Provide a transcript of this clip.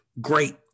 Great